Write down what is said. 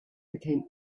became